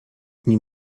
nie